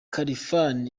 khalfan